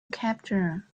capture